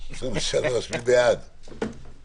הסתייגות מס' 8. מי בעד ההסתייגות?